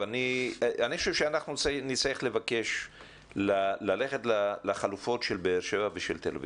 אני חושב שאנחנו נצטרך לבקש ללכת לחלופות של באר שבע ושל תל אביב,